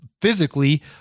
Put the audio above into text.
physically